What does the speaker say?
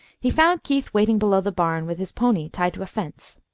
he found keith waiting below the barn, with his pony tied to a fence.